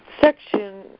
section